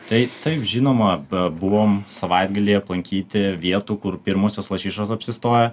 tai taip žinoma buvom savaitgalį aplankyti vietų kur pirmosios lašišos apsistoję